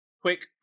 quick